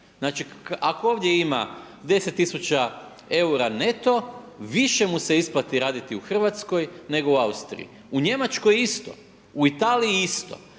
ima? Ako ovdje ima 10 tisuća eura neto više mu se isplati raditi u Hrvatskoj nego u Austriji, u Njemačkoj isto, u Italiji isto.